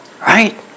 right